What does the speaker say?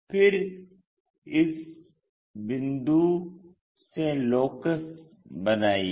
फिर इस बिंदुओं से लोकस बनाइये